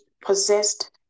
possessed